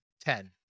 ten